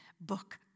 book